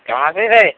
কেমন আছিস রে